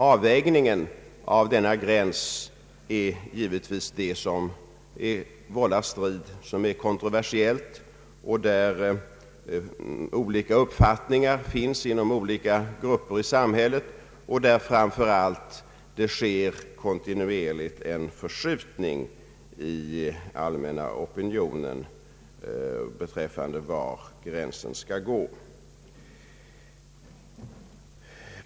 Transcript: Avvägningen av denna gräns är givetvis det som vållar strid, som är kontroversiellt och där olika uppfattningar finns inom olika grupper i samhället. Framför allt sker där kontinuerligt en förskjutning i den allmänna opinionen.